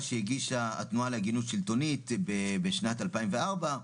שהגישה התנועה להגינות שלטונית בשנת 2004,